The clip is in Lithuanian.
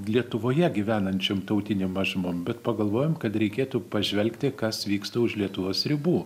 lietuvoje gyvenančiom tautinėm mažumom bet pagalvojom kad reikėtų pažvelgti kas vyksta už lietuvos ribų